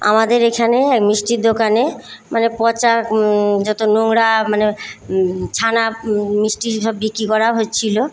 আমাদের এখানে এক মিষ্টির দোকানে মানে পচা যত নোংরা মানে ছানা মিষ্টি সব বিক্রি করা হচ্ছিল